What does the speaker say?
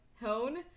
Hone